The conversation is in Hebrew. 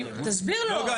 נגה,